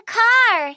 car